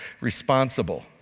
Responsible